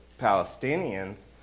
Palestinians